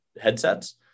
headsets